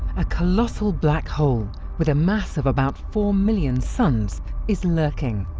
a colossal black hole with a mass of about four million suns is lurking.